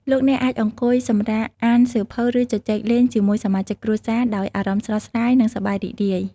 លោកអ្នកអាចអង្គុយសម្រាកអានសៀវភៅឬជជែកលេងជាមួយសមាជិកគ្រួសារដោយអារម្មណ៍ស្រស់ស្រាយនិងសប្បាយរីករាយ។